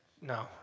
No